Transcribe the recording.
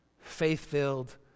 faith-filled